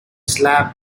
slab